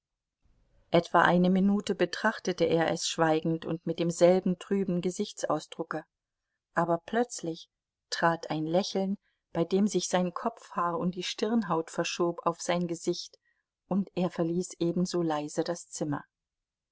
etwa eine minute betrachtete er es schweigend und mit demselben trüben gesichtsausdrucke aber plötzlich trat ein lächeln bei dem sich sein kopfhaar und die stirnhaut verschob auf sein gesicht und er verließ ebenso leise das zimmer